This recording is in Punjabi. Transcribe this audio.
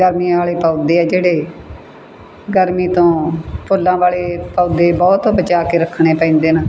ਗਰਮੀਆਂ ਵਾਲੇ ਪੌਦੇ ਆ ਜਿਹੜੇ ਗਰਮੀ ਤੋਂ ਫੁੱਲਾਂ ਵਾਲੇ ਪੌਦੇ ਬਹੁਤ ਬਚਾ ਕੇ ਰੱਖਣੇ ਪੈਂਦੇ ਹਨ